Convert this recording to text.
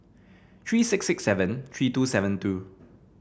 three six six seven three two seven two